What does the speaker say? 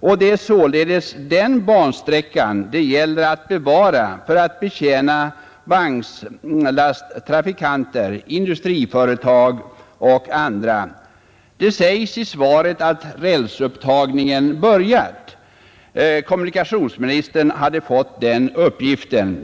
och det är således den bansträckan det gäller att bevara för att betjäna vagnslasttrafikanter, industriföretag och andra. Det sägs i svaret att rälsupptagningen börjat — kommunikationsministern hade fått den uppgiften.